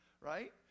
right